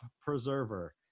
Preserver